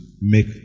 make